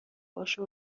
باشه